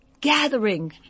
gathering